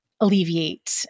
alleviate